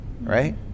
right